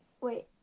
Wait